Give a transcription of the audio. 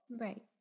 right